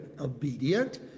obedient